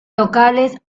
locales